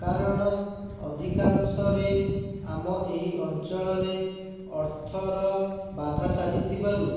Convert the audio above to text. କାରଣ ଅଧିକାଂଶରେ ଆମ ଏହି ଅଞ୍ଚଳରେ ଅର୍ଥର ବାଧା ସାଜିଥିବାରୁ